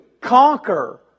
conquer